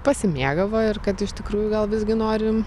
pasimėgavo ir kad iš tikrųjų gal visgi nori